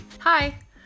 Hi